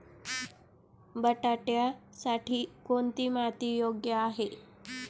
बटाट्यासाठी कोणती माती योग्य आहे?